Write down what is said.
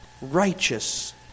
Righteous